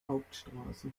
hauptstraße